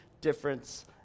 difference